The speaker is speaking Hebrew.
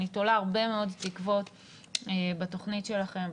אני תולה הרבה מאוד תקוות בתוכנית שלכם,